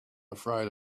afraid